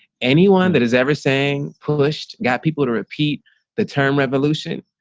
anyone that has ever saying pushed got people to repeat the term revolution.